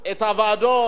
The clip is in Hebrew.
את המחאות החברתיות,